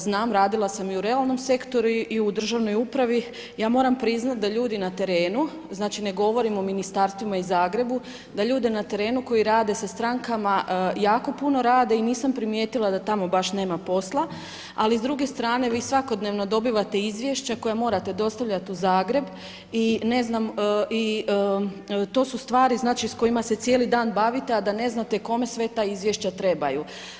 Znam, radila sam i u realnom sektoru i u državnoj upravi, ja moram priznati da ljudi na terenu, znači, ne govorim o Ministarstvima i Zagrebu, da ljude na terenu koji rade sa strankama, jako puno rade i nisam primijetila da tamo baš nema posla, ali s druge strane, vi svakodnevno dobivate izvješća koja morate dostavljati u Zagreb i ne znam, i to su stvari, znači, s kojima se cijeli dan bavite, a da ne znate kome sve ta izvješća trebaju.